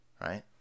right